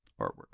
artwork